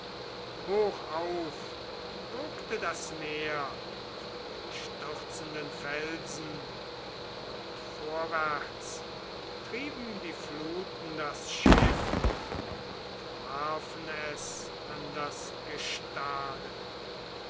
steuers hochauf wogte das meer von dem stürzenden felsen und vorwärts trieben die fluten das schiff und warfen es an das gestade